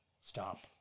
stop